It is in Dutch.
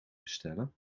bestellen